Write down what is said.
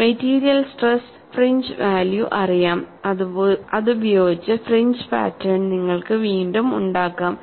material stress fringe value അറിയാംഅതുപയോഗിച്ച് fringe pattern നിങ്ങൾക്ക് വീണ്ടും ഉണ്ടാക്കാം